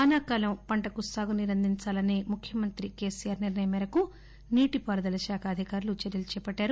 వానాకాలం పంటకు సాగునీరు అందించాలసే ముఖ్యమంత్రి కేసీఆర్ నిర్ణయం మేరకు నీటి పారుదల శాఖ అధికారులు చర్యలు చేపట్టారు